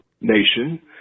Nation